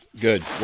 Good